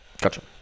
Gotcha